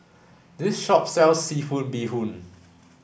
this shop sells seafood bee hoon